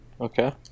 Okay